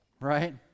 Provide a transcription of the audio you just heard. right